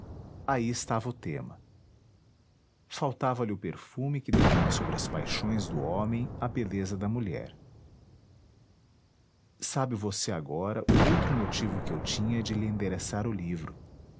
aí estava o tema faltava-lhe o perfume que derrama sobre as paixões do homem a beleza da mulher sabe você agora o outro motivo que eu tinha de lhe endereçar o livro